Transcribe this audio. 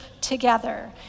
together